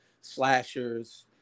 slashers